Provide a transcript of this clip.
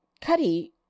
Cuddy